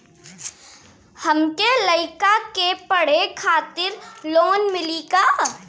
हमरे लयिका के पढ़े खातिर लोन मिलि का?